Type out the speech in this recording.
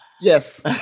Yes